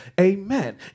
amen